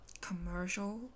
commercial